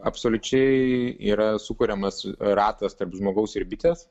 absoliučiai yra sukuriamas ratas tarp žmogaus ir bitės